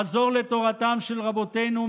חזור לתורתם של רבותינו,